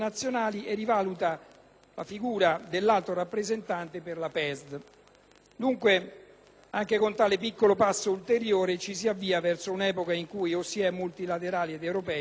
la figura dell'Alto rappresentante per la PESD. Dunque, anche con tale piccolo passo ulteriore, ci si avvia verso un'epoca in cui o si è multilaterali ed europei o non lo si è.